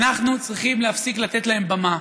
אנחנו צריכים להפסיק לתת להם במה.